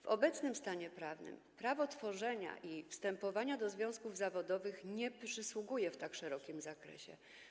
W obecnym stanie prawnym prawo tworzenia i wstępowania do związków zawodowych nie przysługuje w tak szerokim zakresie.